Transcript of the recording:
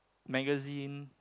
magazine